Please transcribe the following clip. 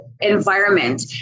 Environment